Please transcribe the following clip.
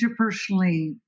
interpersonally